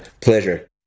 Pleasure